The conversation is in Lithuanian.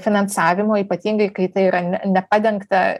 finansavimo ypatingai kai tai yra ne nepadengta